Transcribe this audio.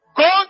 go